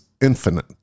infinite